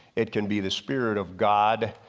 it can be the spirit of god,